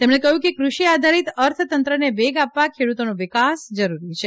તેમણે કહ્યું કે ક્રષિ આધારીત અર્થતંત્રને વેગ આપવા ખેડુતોનો વિકાસ જરૂરી છે